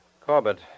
Corbett